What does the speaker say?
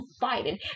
fighting